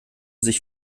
sich